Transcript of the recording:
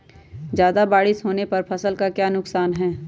ज्यादा बारिस होने पर फसल का क्या नुकसान है?